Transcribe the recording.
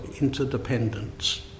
interdependence